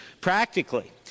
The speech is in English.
Practically